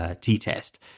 t-test